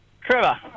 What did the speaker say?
Trevor